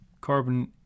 carbon